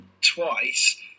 twice